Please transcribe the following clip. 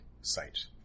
site